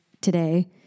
today